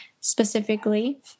specifically